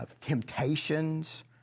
temptations